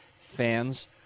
fans